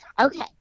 Okay